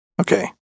Okay